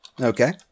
Okay